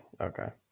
okay